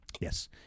yes